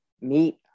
meet